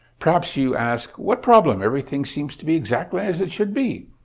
perhaps you ask, what problem? everything seems to be exactly as it should be.